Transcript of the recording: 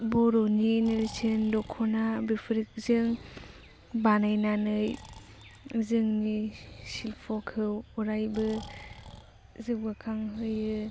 बर'नि नेरसोन दख'ना बेफोरजों बानायनानै जोंनि सिल्प'खौ अराइबो जौगाखां होयो